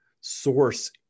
source